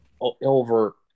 over